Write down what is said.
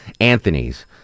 Anthony's